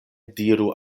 diru